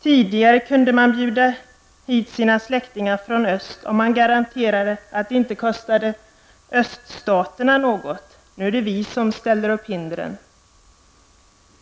Tidigare kunde man bjuda hit släktingar från öst, om man garanterade att det inte skulle kosta öststaterna något. Nu är det vi som sätter upp hindren!